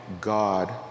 God